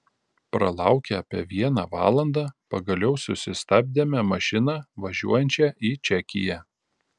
pralaukę apie vieną valandą pagaliau susistabdėme mašiną važiuojančią į čekiją